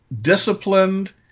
disciplined